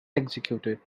executed